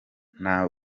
nta